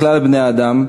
לכלל בני-האדם,